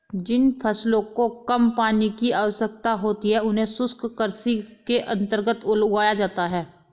जिन फसलों को कम पानी की आवश्यकता होती है उन्हें शुष्क कृषि के अंतर्गत उगाया जाता है